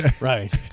Right